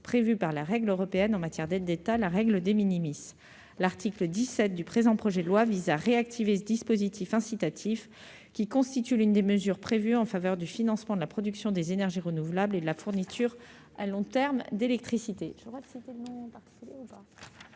prévues par les règles européennes en matière d'aides d'État, dites règles. L'article 17 du présent projet de loi vise à réactiver ce dispositif incitatif, qui constitue l'une des mesures prévues en faveur du financement de la production des énergies renouvelables et de la fourniture à long terme d'électricité.